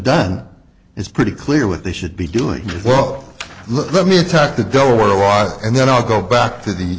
done is pretty clear what they should be doing as well let me attack the door wide and then i'll go back to the